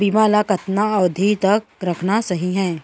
बीमा ल कतना अवधि तक रखना सही हे?